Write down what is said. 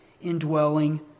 indwelling